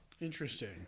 Interesting